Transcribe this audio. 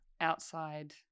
outside